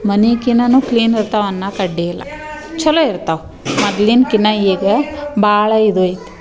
ಮನೆಕ್ಕಿನ್ನ clean ಇರ್ತಾವೆ ಅನ್ನಕ್ಕೆ ಅಡ್ಡಿಲ್ಲ ಚಲೋ ಇರ್ತವೆ ಮೊದಲಿನ್ಕಿನ್ನ ಈಗ ಭಾಳ ಇದು ಐತೆ